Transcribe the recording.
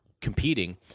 competing